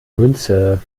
münze